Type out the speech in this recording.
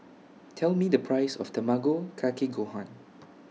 Tell Me The Price of Tamago Kake Gohan